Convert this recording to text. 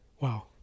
wow